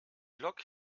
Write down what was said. lok